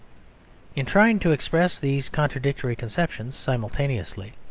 in trying to express these contradictory conceptions simultaneously,